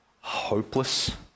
hopeless